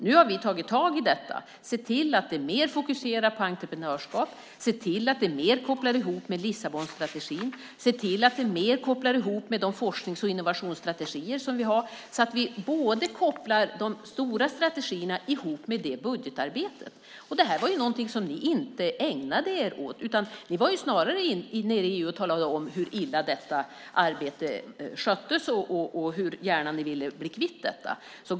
Nu har vi tagit tag i detta och ser till att det är mer fokuserat på entreprenörskap, ser till att det mer kopplar ihop med Lissabonstrategin och ser till att det mer kopplar ihop med de forsknings och innovationsstrategier som vi har så att vi kopplar ihop de stora strategierna med det budgetarbetet. Det här är något som ni inte ägnade er åt. Ni var snarare i EU och talade om hur illa detta arbete sköttes och hur gärna ni ville bli kvitt det.